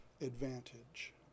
advantage